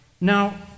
Now